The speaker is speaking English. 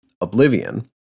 Oblivion